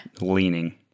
leaning